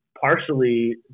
partially